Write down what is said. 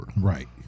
Right